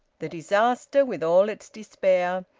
the disaster, with all its despair,